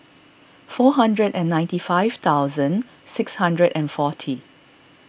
four hundred and ninety five thousand six hundred and forty